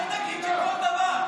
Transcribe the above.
אל תגיד שכל דבר.